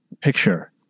picture